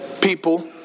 people